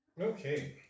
Okay